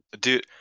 dude